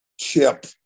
chip